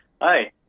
Hi